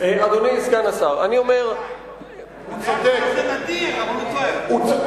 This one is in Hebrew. בדרך כלל זה נדיר, אבל הוא טועה.